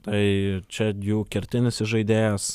tai čia jų kertinis įžaidėjas